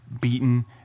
beaten